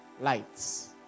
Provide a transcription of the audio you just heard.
lights